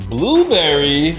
Blueberry